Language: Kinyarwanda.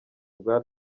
bwa